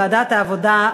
לוועדת העבודה,